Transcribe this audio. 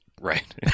Right